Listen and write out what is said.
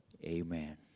Amen